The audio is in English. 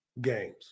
Games